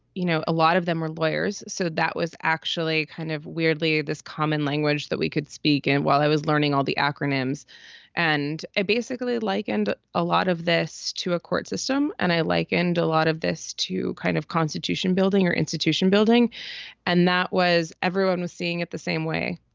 you know, a lot of them were lawyers so that was actually kind of weirdly this common language that we could speak. and while i was learning all the acronyms and i basically like and a lot of this to a court system and i like and a lot of this to kind of constitution building or institution building and that was everyone was seeing it the same way